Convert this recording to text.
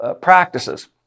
practices